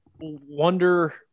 wonder